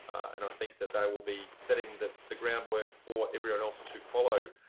and i think that they will be setting the the groundwork for everyone else to follow.